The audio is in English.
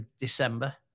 December